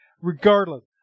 Regardless